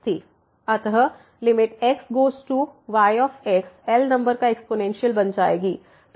अतः limit x goes to y Lनंबर का एक्स्पोनेंशियल बन जाएगी